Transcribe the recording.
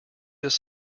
this